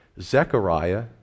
Zechariah